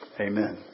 Amen